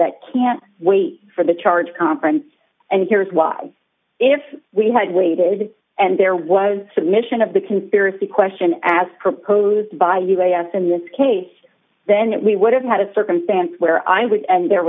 that can't wait for the charge conference and here is why if we had waited and there was submission of the conspiracy question as proposed by u a s in this case then we would have had a circumstance where i was and there